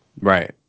Right